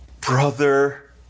Brother